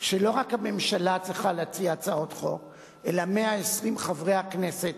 שלא רק הממשלה צריכה להציע הצעת חוק אלא 120 חברי הכנסת,